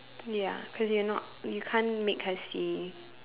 ya cause you're not you can't make her see